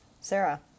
Sarah